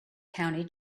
county